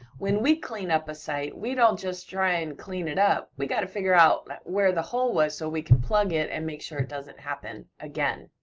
when we clean up a site, we don't just try and clean it up, we gotta figure out like where the hole was so we can plug it and make sure it doesn't happen again.